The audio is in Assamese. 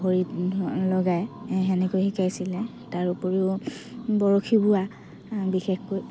ভৰিত লগাই সেনেকৈ শিকাইছিলে তাৰোপৰিও বৰশী বোৱা বিশেষকৈ